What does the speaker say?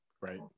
Right